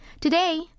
Today